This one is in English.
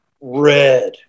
red